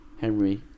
Henry